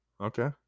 Okay